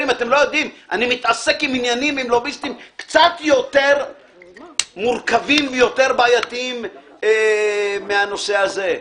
אני מתעסק עם לוביסטים קצת יותר מורכבים ויותר בעייתיים מהנושא הזה.